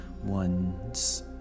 One's